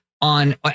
on